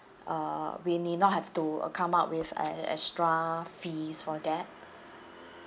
uh we need not have to uh come up with an extra fees for that